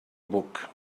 book